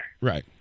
Right